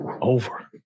Over